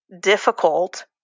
difficult